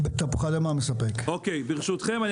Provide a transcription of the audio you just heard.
ברשותכם,